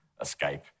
escape